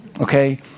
Okay